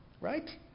Right